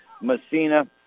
Messina